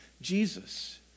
Jesus